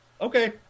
okay